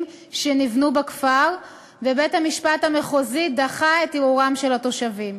שנבנו בכפר ובית-המשפט המחוזי דחה את ערעורם של התושבים.